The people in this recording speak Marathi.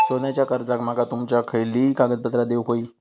सोन्याच्या कर्जाक माका तुमका खयली कागदपत्रा देऊक व्हयी?